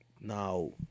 Now